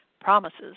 promises